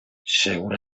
segur